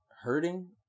hurting